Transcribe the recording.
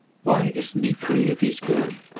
why isn't he free if he's good?